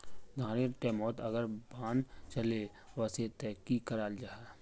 धानेर टैमोत अगर बान चले वसे ते की कराल जहा?